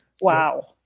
Wow